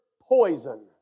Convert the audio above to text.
POISON